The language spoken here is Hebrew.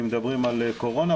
אם מדברים על קורונה,